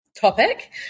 topic